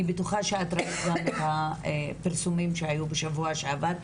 אני בטוחה שאת ראית גם את הפרסומים שהיו בשבוע שעבר,